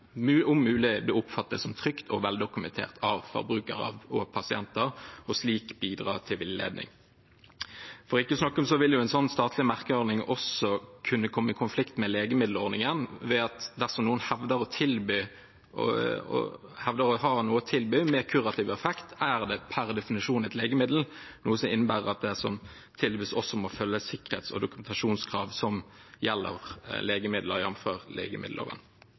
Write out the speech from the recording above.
som trygt og veldokumentert av forbrukere og pasienter og slik bidra villedende. For ikke å snakke om at en slik statlig merkeordning også vil kunne komme i konflikt med legemiddelordningen ved at dersom noen hevder å ha noe å tilby med kurativ effekt, er det per definisjon et legemiddel, noe som innebærer at det som tilbys, også må følge sikkerhets- og dokumentasjonskrav som gjelder legemidler, jf. legemiddelloven.